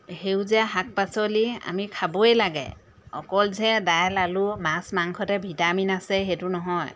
সেউজীয়া শাক পাচলি আমি খাবই লাগে অকল যে দাইল আলু মাছ মাংসতে ভিটামিন আছে সেইটো নহয়